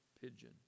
pigeon